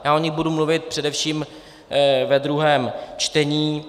Já o nich budu mluvit především ve druhém čtení.